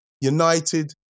United